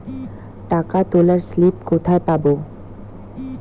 টাকা তোলার স্লিপ কোথায় পাব?